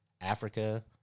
Africa